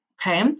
Okay